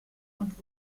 und